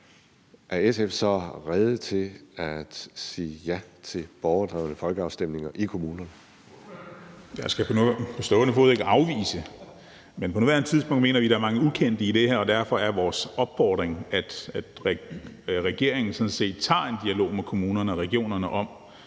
(Erling Bonnesen): Ordføreren. Kl. 21:46 Serdal Benli (SF): Jeg skal på stående fod ikke afvise det. Men på nuværende tidspunkt mener vi, der er mange ukendte elementer i det her, og derfor er vores opfordring, at regeringen sådan set tager en dialog med kommunerne og regionerne om,